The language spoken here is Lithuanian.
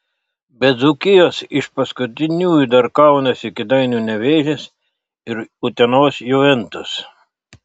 be dzūkijos iš paskutiniųjų dar kaunasi kėdainių nevėžis ir utenos juventus